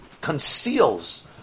conceals